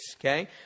Okay